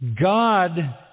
God